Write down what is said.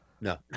No